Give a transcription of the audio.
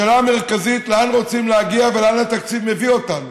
השאלה המרכזית היא לאן רוצים להגיע ולאן התקציב מביא אותנו.